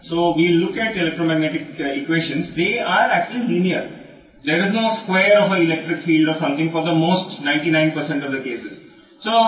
కాబట్టి మనం ఎలక్ట్రోమాగ్నెటిక్ ఈక్వేషన్లను పరిశీలిస్తాము అవి వాస్తవానికి సరళంగా ఉంటాయి ఎలక్ట్రిక్ ఫీల్డ్కి స్క్వేర్ 99 శాతం కేసులకు లేదు